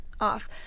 off